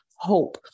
Hope